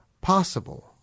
possible